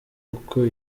kuko